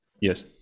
yes